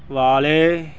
ਵਾਲੇ